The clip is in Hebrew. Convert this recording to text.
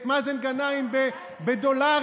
מאזן גנאים בדולרים,